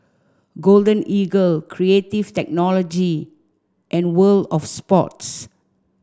Golden Eagle Creative Technology and World Of Sports